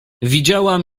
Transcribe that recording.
widziałam